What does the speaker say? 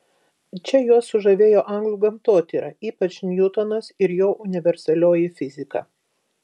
čia juos sužavėjo anglų gamtotyra ypač niutonas ir jo universalioji fizika